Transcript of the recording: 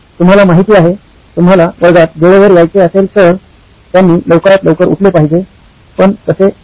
तुम्हाला माहिती आहे तुम्हाला वर्गात वेळेवर यायचे असेल तर त्यांनी लवकरात लवकर उठले पाहिजे पण तसे नाही